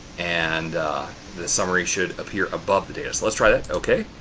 and the summary should appear above the data. so, let's try it. okay.